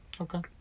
Okay